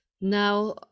Now